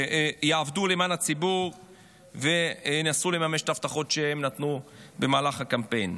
יעבדו למען הציבור וינסו לממש את ההבטחות שהם נתנו במהלך הקמפיין.